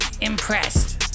impressed